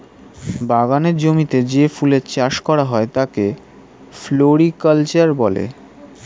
বাগানের জমিতে যে ফুলের চাষ করা হয় তাকে ফ্লোরিকালচার বলে